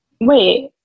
Wait